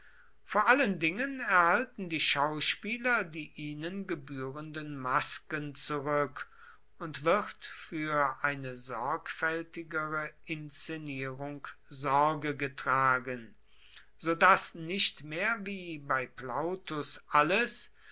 vor allen dingen erhalten die schauspieler die ihnen gebührenden masken zurück und wird für eine sorgfältigere inszenierung sorge getragen so daß nicht mehr wie bei plautus alles